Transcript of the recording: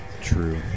true